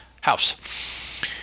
house